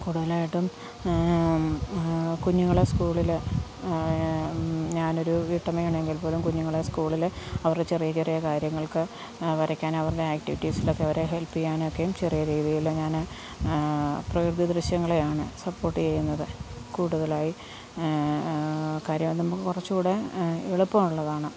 കൂടുതലായിട്ടും കുഞ്ഞുങ്ങളെ സ്കൂളിൽ ഞാനൊരു വീട്ടമ്മയാണ് എങ്കിൽപ്പോലും കുഞ്ഞുങ്ങളെ സ്കൂളിൽ അവരുടെ ചെറിയ ചെറിയ കാര്യങ്ങൾക്ക് വരയ്ക്കാൻ അവരുടെ ആക്ടിവിറ്റീസിലൊക്കെ അവരെ ഹെൽപ്പ് ചെയ്യാനൊക്കെയും ചെറിയ രീതിയിൽ ഞാൻ പ്രകൃതി ദൃശ്യങ്ങളെയാണ് സപ്പോട്ട് ചെയ്യുന്നത് കൂടുതലായി കാര്യം നമുക്ക് കുറച്ചുകൂടെ എളുപ്പമുള്ളതാണ്